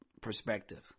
perspective